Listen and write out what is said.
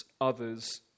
others